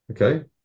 Okay